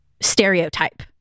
stereotype